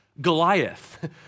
Goliath